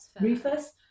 Rufus